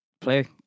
play